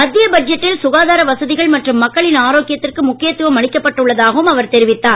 மத்திய பட்ஜெட்டில் சுகாதார வசதிகள் மற்றும் மக்களின் ஆரோக்கியத்திற்கு முக்கியத்துவம் அளிக்கப்பட்டு உள்ளதாகவும் அவர் தெரிவித்தார்